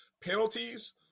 penalties